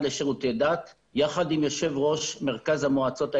לשירותי דת יחד עם יושב ראש מרכז המועצות האזוריות,